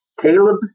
Caleb